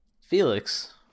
Felix